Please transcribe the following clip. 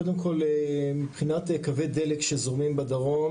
קודם כל מבחינת קווי דלק שזורמים בדרום